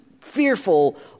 fearful